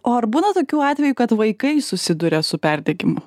o ar būna tokių atvejų kad vaikai susiduria su perdegimu